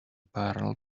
pearl